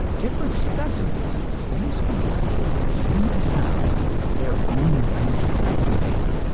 different specimens of the same species seemed to have their own ranked preferences.